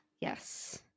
Yes